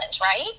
right